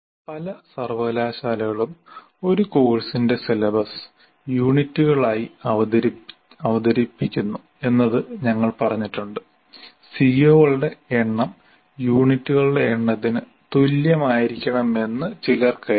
പല സർവകലാശാലകളും ഒരു കോഴ്സിന്റെ സിലബസ് യൂണിറ്റുകളായി അവതരിപ്പിക്കുന്നു എന്ന് ഞങ്ങൾ പറഞ്ഞിട്ടുണ്ട് സിഒകളുടെ എണ്ണം യൂണിറ്റുകളുടെ എണ്ണത്തിന് തുല്യമായിരിക്കണമെന്ന് ചിലർ കരുതുന്നു